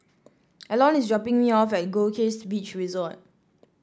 Elon is dropping me off at Goldkist Beach Resort